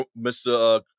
Mr